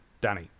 Danny